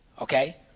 Okay